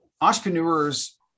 entrepreneurs